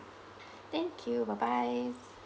thank you bye bye